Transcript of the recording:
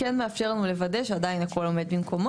כן מאפשר לנו לגלות את מיקום התשתית.